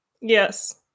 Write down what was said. Yes